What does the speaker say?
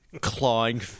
clawing